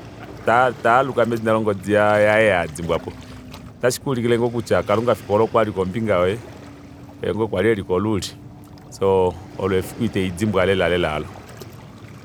Ta taaluka medina longodi yaye ei adimbwapo otashi kuulike ngoo kutya kalunga efiku oolo okwali kombinga yoye oye ngoo ali eli koluuli soo olo efiku ita ndidimbwa lela lela olo